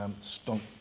stomp